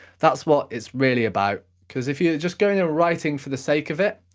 that's what it's really about. cause if you just go in there writing for the sake of it,